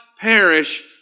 perish